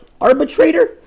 arbitrator